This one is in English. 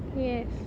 yes